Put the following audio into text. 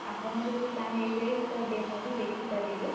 ଆପଣ ଯଦି ଚାହିଁବେ ତ ଡେମୋ ବି ଦେଖିପାରିବେ